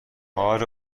کار